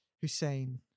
Hussein